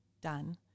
done